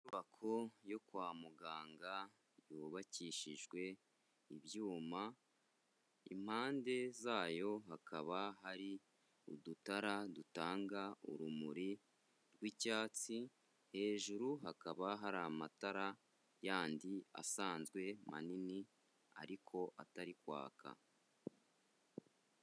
Inyubako yo kwa muganga yubakishijwe ibyuma, impande zayo hakaba hari udutara dutanga urumuri rw'icyatsi, hejuru hakaba hari amatara yandi asanzwe manini ariko atari kwaka.